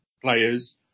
players